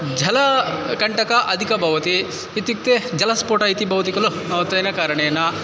जलकण्टकाः अधिकाः भवन्ति इत्युक्ते जलस्फोटः इति भवति खलु तेन कारणेन